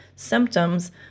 symptoms